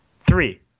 Three